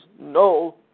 no